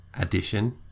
addition